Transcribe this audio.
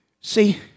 See